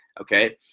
Okay